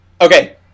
Okay